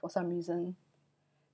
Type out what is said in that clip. for some reason